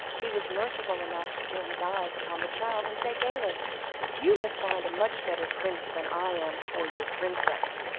he was merciful enough to turn his eyes upon the child, and say gaily you must find a much better prince than i am for your princess,